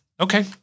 Okay